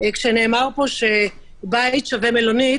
כשאמר שבית שווה מלונית.